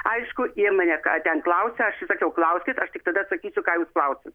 aišku ir mane ką ten klausia aš ir sakiau klauskit aš tik tada sakysiu ką jūs klausit